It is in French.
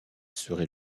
serait